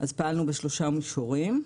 פעלנו בשלושה מישורים.